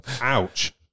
ouch